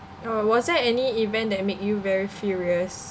orh was there any event that make you very furious